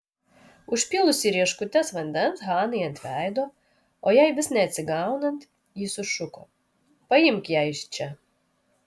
užpylusi rieškutes vandens hanai ant veido o jai vis neatsigaunant ji sušuko paimk ją iš čia